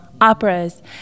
operas